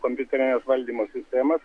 kompiuterines valdymo sistemas